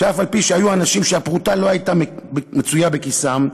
שאף-על-פי שהיו אנשים שהפרוטה לא הייתה מצויה בכיסם,